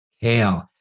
kale